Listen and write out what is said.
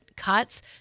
Cuts